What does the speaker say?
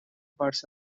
parts